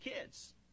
kids